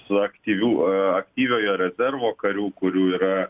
su aktyviu aktyviojo rezervo karių kurių yra